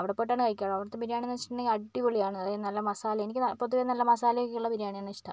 അവിടെപ്പോയിട്ടാണ് കഴിക്കാറ് അവിടുത്തെ ബിരിയാണീന്ന് വെച്ചിട്ടുണ്ടെങ്കിൽ അടിപൊളിയാണ് അതായത് നല്ല മസാല എനിക്ക് ന പൊതുവേ നല്ല മസാലയൊക്കെ ഉള്ള ബിരിയാണിയാണ് ഇഷ്ടം